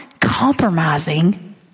compromising